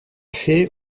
ser